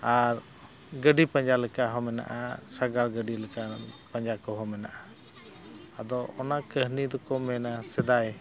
ᱟᱨ ᱜᱟᱹᱰᱤ ᱯᱟᱸᱡᱟ ᱞᱮᱠᱟᱦᱚᱸ ᱢᱮᱱᱟᱜᱼᱟ ᱥᱟᱜᱟᱲ ᱜᱟᱹᱰᱤ ᱞᱮᱠᱟ ᱯᱟᱸᱡᱟ ᱠᱚᱦᱚᱸ ᱢᱮᱱᱟᱜᱼᱟ ᱟᱫᱚ ᱚᱱᱟ ᱠᱟᱹᱦᱱᱤ ᱫᱚᱠᱚ ᱢᱮᱱᱟ ᱥᱮᱫᱟᱭ